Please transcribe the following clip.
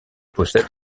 possède